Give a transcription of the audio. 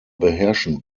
beherrschen